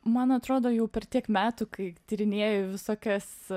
man atrodo jau per tiek metų kai tyrinėju visokias